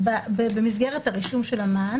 כל מה שיש פה זה הערות לפניכם.